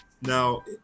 Now